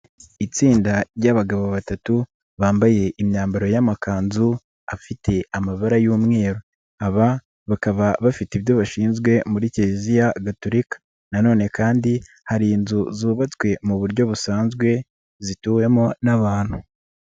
Itsinda ry'abagabo batatu bambaye imyambaro y'amakanzu afite amabara y'umweru, aba bakaba bafite ibyo bashinzwe muri Kiliziya Gatulika nanone kandi hari inzu zubatswe mu buryo busanzwe zituwemo n'abantu.